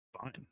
fine